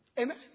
Amen